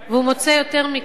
והוא מוצא יותר מכך,